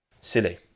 Silly